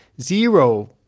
zero